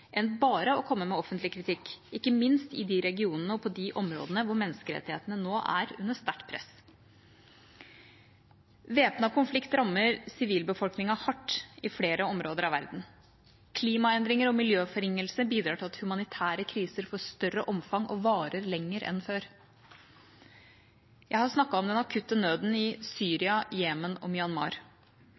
enn bare å komme med offentlig kritikk – ikke minst i de regionene og på de områdene hvor menneskerettighetene nå er under sterkt press. Væpnet konflikt rammer sivilbefolkningen hardt i flere områder av verden. Klimaendringer og miljøforringelse bidrar til at humanitære kriser får større omfang og varer lenger enn før. Jeg har snakket om den akutte nøden i Syria, Jemen og Myanmar.